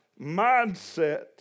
mindset